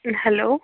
hello